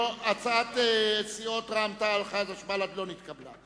הצעת סיעות רע"ם-תע"ל, חד"ש, בל"ד לא נתקבלה.